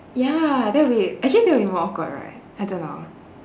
ya that will be actually that would be more awkward right I don't know